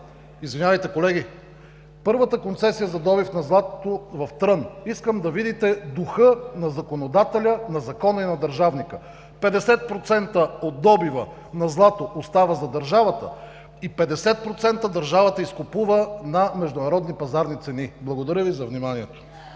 Извинявайте, колеги, първата концесия за добив на злато в Трън! Искам да видите духа на законодателя, на закона на държавника: 50% от добива на злато остава за държавата и 50% държавата изкупува на международни пазарни цени. Благодаря Ви за вниманието.